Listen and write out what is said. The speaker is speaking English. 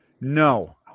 No